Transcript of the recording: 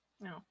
No